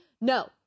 No